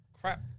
crap